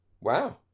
Wow